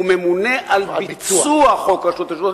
הוא ממונה על ביצוע חוק רשות השידור,